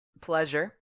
Pleasure